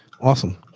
Awesome